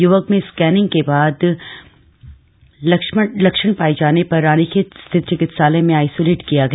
युवक में स्कैनिंग के दौरान लक्षण पाये जाने पर रानीखेत स्थित चिकित्सालय में आईसोलेट किया गया